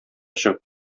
чыгып